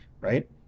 right